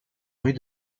rues